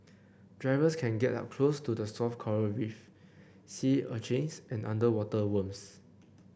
divers can get up close to the soft coral reef sea urchins and underwater worms